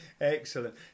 Excellent